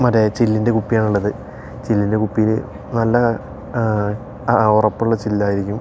മറ്റേ ചില്ലിൻ്റെ കുപ്പിയാണ് ഉള്ളത് ചില്ലിൻ്റെ കുപ്പിയിൽ നല്ല ഉറപ്പുള്ള ചില്ലായിരിക്കും